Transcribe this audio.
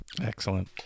Excellent